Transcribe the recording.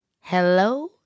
Hello